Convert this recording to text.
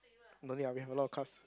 no need ah we have a lot of cards